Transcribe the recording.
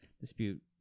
dispute